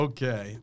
Okay